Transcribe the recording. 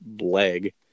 leg